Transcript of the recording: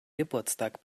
geburtstag